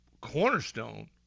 Cornerstone